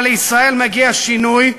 אבל לישראל מגיע שינוי,